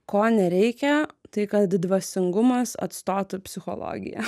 ko nereikia tai kad dvasingumas atstotų psichologiją